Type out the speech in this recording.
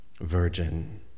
virgin